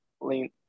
lean